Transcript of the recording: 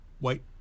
wait